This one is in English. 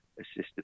assisted